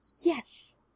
Yes